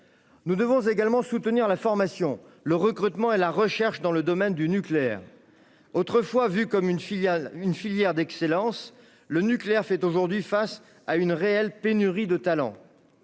Nous devons également soutenir la formation, le recrutement et la recherche dans le domaine du nucléaire. Autrefois perçu comme une filière d'excellence, le nucléaire est aujourd'hui confronté à une réelle pénurie de talents.